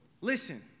Listen